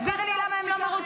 תסבירי לי, למה הם לא מרוצים?